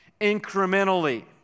incrementally